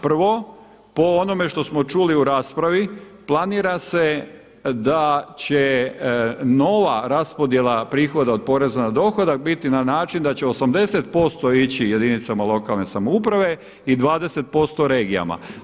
Prvo, po onome što smo čuli u raspravi planira se da će nova raspodjela prihoda od poreza na dohodak biti na način da će 80% ići jedinicama lokalne samouprave i 20% regijama.